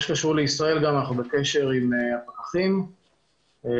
שקשור לישראל גם אנחנו בקשר עם הפקחים ומעבירים